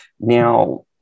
Now